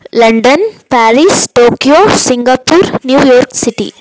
London Paris Tokyo Singapore New York city